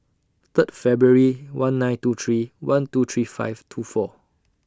Third February one nine two three one two three five two four